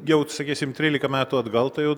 jau sakysim trylika metų atgal tai jau